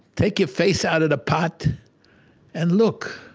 take your face out of the pot and look,